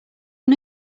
run